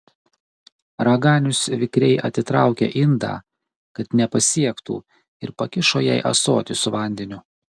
raganius vikriai atitraukė indą kad nepasiektų ir pakišo jai ąsotį su vandeniu